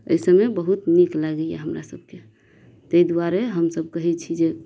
एहि सबमे बहुत नीक लागैया हमरा सबके ताहि दुआरे हमसब कहै छी जे